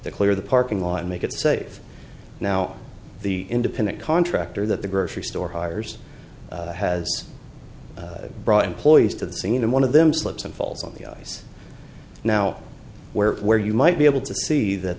to clear the parking lot and make it safe now the independent contractor that the grocery store hires has brought employees to the scene and one of them slips and falls on the ice now where where you might be able to see that